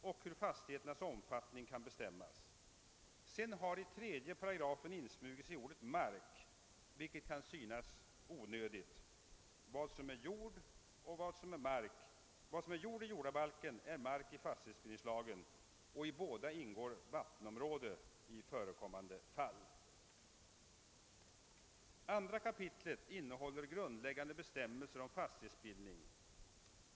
I 3 § har ordet »mark« insmugit sig, vilket kan synas onödigt. Vad som är jord i jordabalken är mark i fastighetsbildningslagen, och i båda ingår vattenområden i förekommande fall. 2 kap. innehåller grundläggande bestämmelser om fastighetsbildning.